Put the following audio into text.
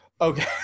Okay